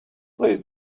please